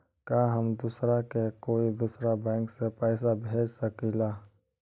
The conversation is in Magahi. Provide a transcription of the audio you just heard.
का हम दूसरा के कोई दुसरा बैंक से पैसा भेज सकिला?